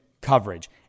coverage